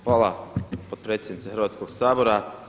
Hvala potpredsjednice Hrvatskoga sabora.